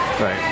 Right